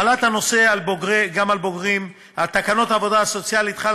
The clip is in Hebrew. החלת הנושא גם על בוגרים: תקנון העבודה הסוציאלית חל